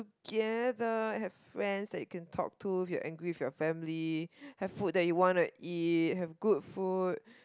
gather have friends that you can talk to if you're angry with your family have food that you wanna eat have good food